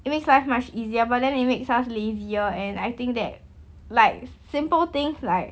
it makes life much easier but then it makes us lazier and I think that like simple things like